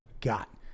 got